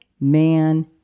man